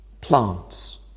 plants